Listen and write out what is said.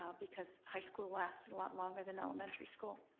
ah because high school lasted a lot longer than elementary school,